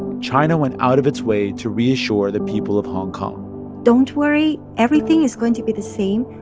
china went out of its way to reassure the people of hong kong don't worry. everything is going to be the same.